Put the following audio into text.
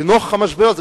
לנוכח המשבר הזה,